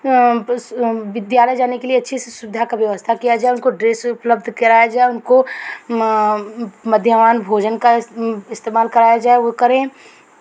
विद्यालय जाने के लिए अच्छी सी सुविधा का व्यवस्था किया जाय उनको ड्रेस उपलब्ध कराया जाय उनको मध्याह्न भोजन का इस्तेमाल कराया जाय वो करें